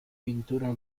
pintura